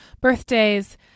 birthdays